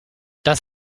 das